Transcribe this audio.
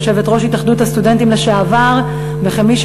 כיושבת-ראש התאחדות הסטודנטים לשעבר וכמי